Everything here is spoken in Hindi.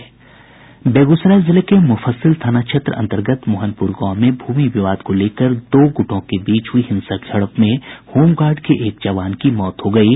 बेगूसराय जिले के मुफस्सिल थाना क्षेत्र अंतर्गत मोहनपूर गांव में भूमि विवाद को लेकर दो गुटों के बीच हुई हिसंक झड़प में होमगार्ड के एक जवान की मौत हो गयी